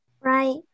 Right